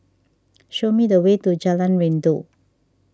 show me the way to Jalan Rindu